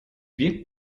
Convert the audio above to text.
wirkt